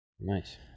Nice